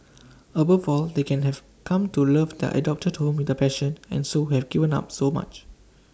above all they can have come to love their adopted home with A passion and so have given up so much